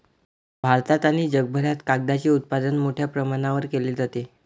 भारतात आणि जगभरात कागदाचे उत्पादन मोठ्या प्रमाणावर केले जाते